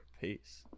Peace